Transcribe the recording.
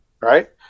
right